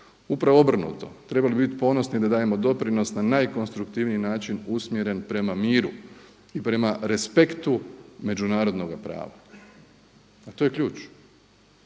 Upravo obrnuto, trebali bi biti ponosni da dajemo doprinos na najkonstruktivniji način usmjeren prema miru i prema respektu međunarodnoga prava a to je ključ,